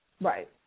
Right